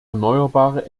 erneuerbare